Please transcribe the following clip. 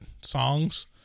songs